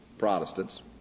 Protestants